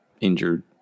injured